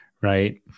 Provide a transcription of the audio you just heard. right